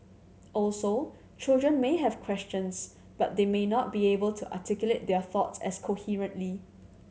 also children may have questions but they may not be able to articulate their thoughts as coherently